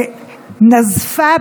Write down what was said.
ראשונה.